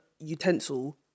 utensil